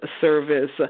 service